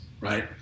right